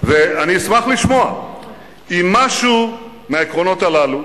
ואני אשמח לשמוע אם משהו מהעקרונות הללו